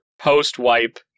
post-wipe